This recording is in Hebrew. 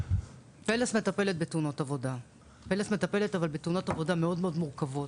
"פלס" מטפלת בתאונות עבודה אבל בתאונות עבודה מאוד-מאוד מורכבות.